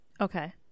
Okay